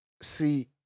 see